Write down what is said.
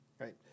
Right